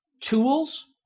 tools